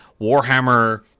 Warhammer